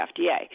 FDA